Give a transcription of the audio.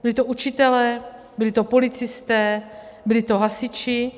Byli to učitelé, byli to policisté, byli to hasiči.